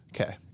Okay